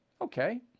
okay